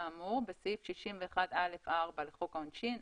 בסעיף 61א(4) לחוק העונשין,